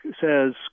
says